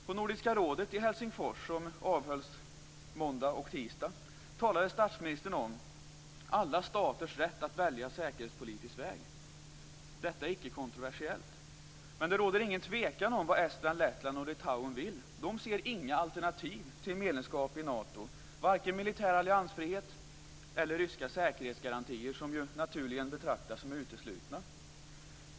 På Nordiska rådets möte i Helsingfors, som avhölls måndag och tisdag, talade statsministern om alla staters rätt att välja säkerhetspolitisk väg. Detta är icke-kontroversiellt, men det råder ingen tvekan om vad Estland, Lettland och Litauen vill. De ser inga alternativ till medlemskap i Nato, varken militär alliansfrihet eller ryska säkerhetsgarantier, som ju naturligen betraktas om uteslutna.